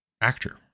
actor